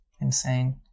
insane